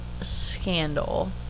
scandal